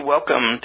Welcome